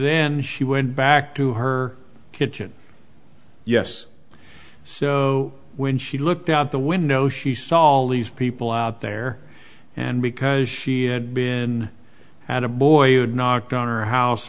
then she went back to her kitchen yes so when she looked out the window she saw all these people out there and because she had been out a boy and knocked on her house